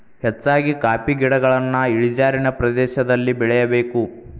ಹೆಚ್ಚಾಗಿ ಕಾಫಿ ಗಿಡಗಳನ್ನಾ ಇಳಿಜಾರಿನ ಪ್ರದೇಶದಲ್ಲಿ ಬೆಳೆಯಬೇಕು